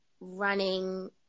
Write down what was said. running